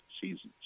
seasons